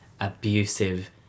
abusive